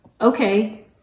okay